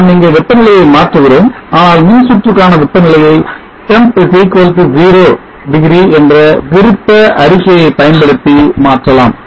நாம் இங்கே வெப்பநிலையை மாற்றுகிறோம் ஆனால் மின்சுற்றுக்கான வெப்பநிலையை temp 0 டிகிரி என்ற விருப்ப அறிக்கையை பயன்படுத்தி மாற்றலாம்